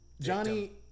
Johnny